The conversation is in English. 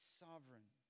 sovereign